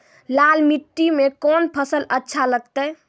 लाल मिट्टी मे कोंन फसल अच्छा लगते?